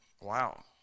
wow